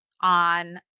on